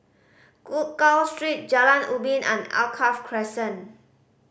Gul Street Jalan Ubin and Alkaff Crescent